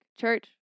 Church